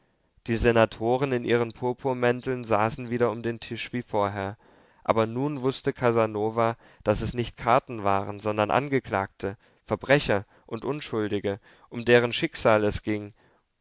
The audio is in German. die senatoren in ihren purpurmänteln saßen wieder um den tisch wie vorher aber nun wußte casanova daß es nicht karten waren sondern angeklagte verbrecher und unschuldige um deren schicksal es ging